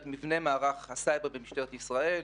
את מבנה מערך הסייבר במשטרת ישראל,